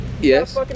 Yes